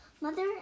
Mother